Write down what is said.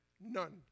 None